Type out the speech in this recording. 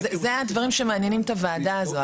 אלה הדברים שמעניינים את הוועדה הזו,